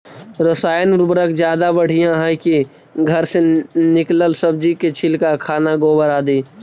रासायन उर्वरक ज्यादा बढ़िया हैं कि घर से निकलल सब्जी के छिलका, खाना, गोबर, आदि?